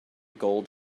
gold